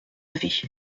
avis